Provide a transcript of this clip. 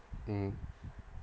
mm